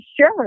sure